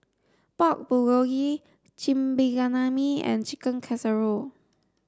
Pork Bulgogi Chigenabe and Chicken Casserole